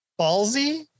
ballsy